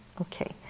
Okay